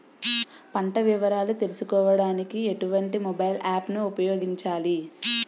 పంట వివరాలు తెలుసుకోడానికి ఎటువంటి మొబైల్ యాప్ ను ఉపయోగించాలి?